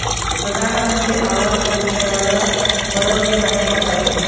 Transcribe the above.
ಪ್ರಧನಮಂತ್ರಿ ಆವಾಸ್ ಯೋಜನೆ ಒಳಗ ಬಡೂರಿಗೆ ಮನೆ ಕೊಡ್ತಾರ